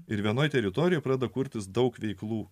ir vienoje teritorijoje pradeda kurtis daug veiklų